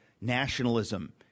nationalism